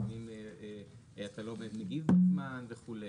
לפעמים אתה לא מגיב בזמן וכולי.